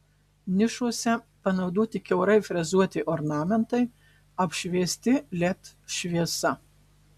nišose panaudoti kiaurai frezuoti ornamentai apšviesti led šviesa